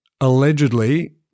allegedly